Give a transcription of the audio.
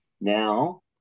now